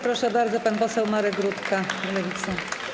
Proszę bardzo, pan poseł Marek Rutka, Lewica.